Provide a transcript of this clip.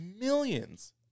millions